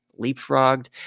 leapfrogged